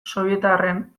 sobietarren